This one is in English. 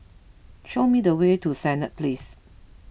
show me the way to Senett Place